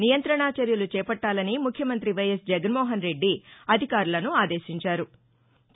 నియంతణ చర్యలు చేపట్టాలని ముఖ్యమంతి వైఎస్ జగన్మోహన్రెడ్డి అధికారులను ఆదేశించారు